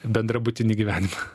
bendrabutį gyvenimą